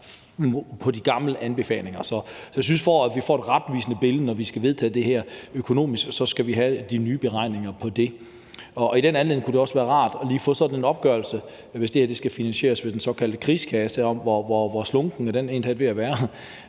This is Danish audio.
fra de gamle anbefalinger. Så jeg synes, at vi for at få et retvisende økonomisk billede af det her, inden vi skal vedtage det, skal have de nye beregninger. I den anledning kunne det også være rart lige at få sådan en opgørelse over, hvis det her skal finansieres ved den såkaldte krigskasse, hvor slunken den egentlig talt er ved at være.